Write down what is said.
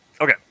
Okay